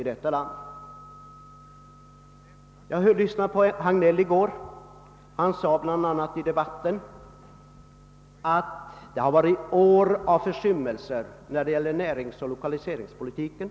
Under gårdagens debatt sade herr Hagnell att vi har bakom oss år av försummelser inom näringsoch lokaliseringspolitiken.